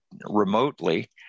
remotely